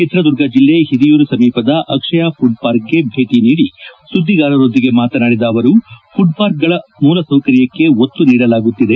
ಚಿತ್ರದುರ್ಗ ಜಿಲ್ಲೆ ಹಿರಿಯೂರು ಸಮೀಪದ ಅಕ್ಷಯ ಪುಡ್ಪಾರ್ಕ್ಗೆ ಭೇಟಿ ನೀಡಿ ಸುದ್ದಿಗಾರದೊಂದಿಗೆ ಮಾತನಾಡಿದ ಅವರು ಪುಡ್ ಪಾರ್ಕ್ಗಳ ಮೂಲಸೌಕರ್ಯಕ್ಕೆ ಒತ್ತು ನೀಡಲಾಗುತ್ತಿದೆ